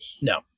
No